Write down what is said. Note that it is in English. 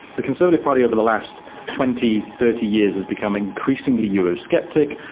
the conservative party over the last twenty, thirty years has become increasingly eurosceptic.